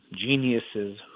geniuses